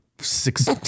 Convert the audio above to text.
Six